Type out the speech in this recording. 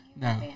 No